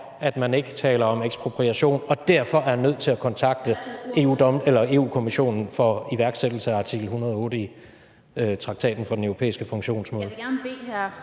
at man ikke taler om ekspropriation og derfor er nødt til at kontakte Europa-Kommissionen for iværksættelse af artikel 108 i Traktaten om Den Europæiske Unions